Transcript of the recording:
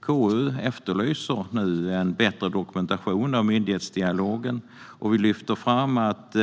KU efterlyser en bättre dokumentation av myndighetsdialogen och lyfter fram att